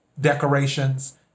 decorations